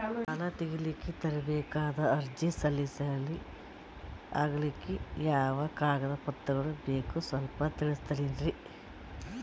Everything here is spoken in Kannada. ಸಾಲ ತೆಗಿಲಿಕ್ಕ ತರಬೇಕಾದ ಅರ್ಜಿ ಸಲೀಸ್ ಆಗ್ಲಿಕ್ಕಿ ಯಾವ ಕಾಗದ ಪತ್ರಗಳು ಬೇಕು ಸ್ವಲ್ಪ ತಿಳಿಸತಿರೆನ್ರಿ?